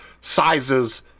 sizes